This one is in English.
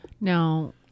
Now